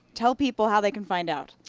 tell people how they can feigned out.